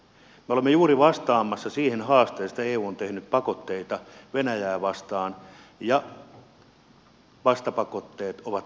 me olemme juuri vastaamassa siihen haasteeseen että eu on tehnyt pakotteita venäjää vastaan ja vastapakotteet ovat voimakkaita